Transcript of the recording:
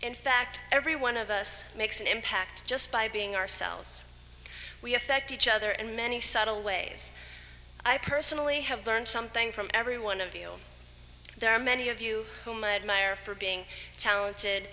in fact every one of us makes an impact just by being ourselves we affect each other and many subtle ways i personally have learned something from every one of you there are many of you who might admire for being talented